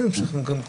אם יש --- עסקי,